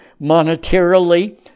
monetarily